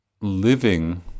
living